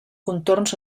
contorns